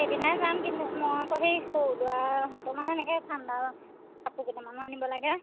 সেইদিনাই যাম কিন্তু মই আকৌ সেই সৰু ল'ৰাহঁতৰ মানে এনেকৈ ঠাণ্ডাৰ কাপোৰ কেইটামানো আনিব লাগে